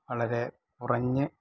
വളരെ കുറഞ്ഞ്